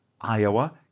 Iowa